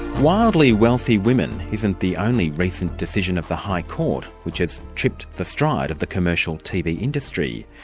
wildly wealthy women isn't the only recent decision of the high court which has tripped the stride of the commercial tv industry.